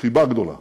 חיבה גדולה